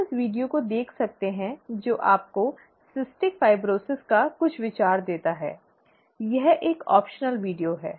आप इस वीडियो को देख सकते हैं जो आपको सिस्टिक फाइब्रोसिस का कुछ विचार देता है यह एक वैकल्पिक वीडियो है